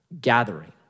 gathering